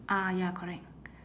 ah ya correct